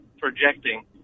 Projecting